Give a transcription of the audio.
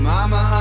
Mama